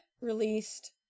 released